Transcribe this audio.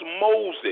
Moses